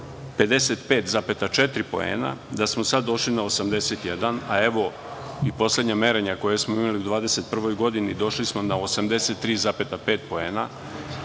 55,4 poena, da smo sada došli na 81, a evo i poslednja merenja koja smo imali u 2021. godini došli smo na 83,5 poena,